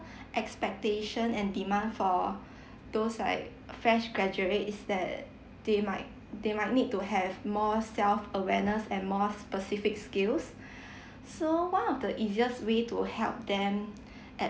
expectation and demand for those like fresh graduates that they might they might need to have more self awareness and more specific skills so one of the easiest way to help them